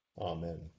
Amen